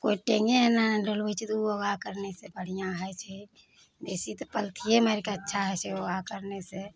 कोइ टाॅंगे एना एना डोलबै छै तऽ ओ योगा करय सऽ बढ़िआँ होइ छै बेसी तऽ पलथिये मारिके अच्छा होइ छै योगा करय सऽ